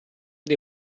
dei